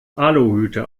aluhüte